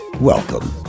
Welcome